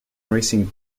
racing